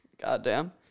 Goddamn